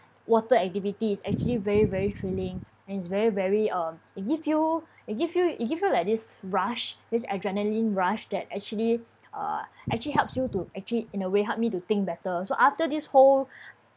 water activity is actually very very thrilling is very very um it gives you it give you it give you like this rush this adrenaline rush that actually uh actually helps you to actually in a way helped me to think better so after this whole